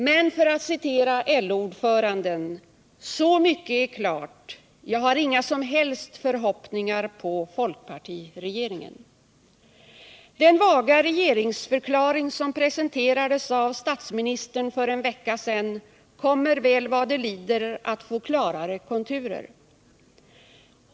Men, för att citera LO-ordföranden: ”Så mycket är klart — jag har inga som helst förhoppningar på folkpartiregeringen.” Den vaga regeringsförklaring som presenterades av statsministern för en vecka sedan kommer väl vad det lider att få klarare konturer.